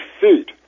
feet